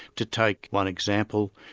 to take one example,